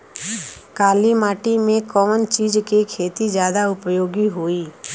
काली माटी में कवन चीज़ के खेती ज्यादा उपयोगी होयी?